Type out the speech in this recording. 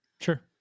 Sure